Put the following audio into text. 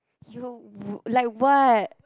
you're w~ like what